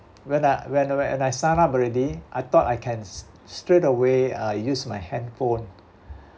when I when when I sign up already I thought I can st~ straightaway uh use my handphone